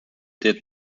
did